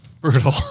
Brutal